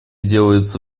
делается